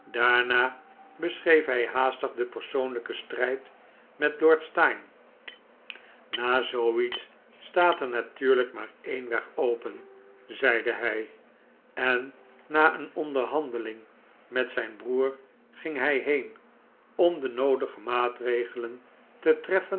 daarna beschreef hij haastig den persoonlijken strijd met lord steyne na zooiets staat er natuurlijk maar een weg open zeide hij en na een onderhandeling met zijn broer ging hij heen om de noodige maatregelen te treffen